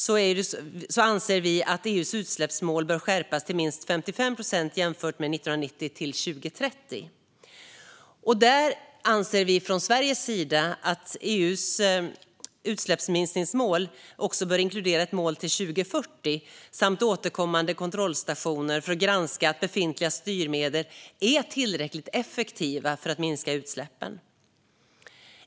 Vi anser att EU:s utsläppsmål bör skärpas till minst 55 procent till 2030 jämfört med 1990. Från Sveriges sida anser vi att EU:s utsläppsminskningsmål också bör inkludera ett mål till 2040 samt återkommande kontrollstationer för att granska att befintliga styrmedel är tillräckligt effektiva för att minska utsläppen.